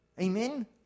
Amen